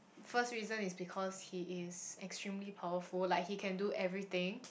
first reason is because he is extremely powerful like he can do everything